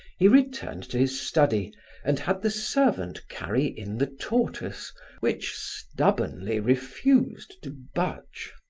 he returned to his study and had the servant carry in the tortoise which stubbornly refused to budge.